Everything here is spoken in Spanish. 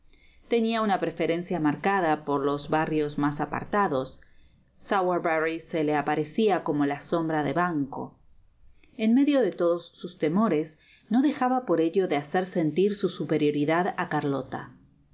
tenia una preferencia'marcada por los barrios mas apartados sowerberry se le aparecia como la sombra de banco en medio de todos sus temores no dejaba por ello de hacer sentir su superioridad á carlota